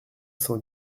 cent